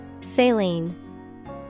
Saline